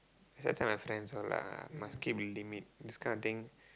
that's why I tell my friends all lah must keep a limit this kind of thing